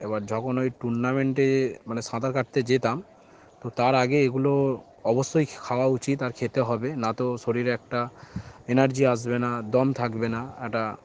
এবার যখন ওই টুর্নামেন্টে মানে সাঁতার কাটতে যেতাম তো তার আগে এগুলো অবশ্যই খাওয়া উচিত আর খেতে হবে না তো শরীরে একটা এনার্জি আসবে না দম থাকবে না একটা